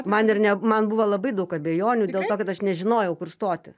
man ir ne man buvo labai daug abejonių dėl to kad aš nežinojau kur stoti